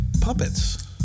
puppets